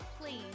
please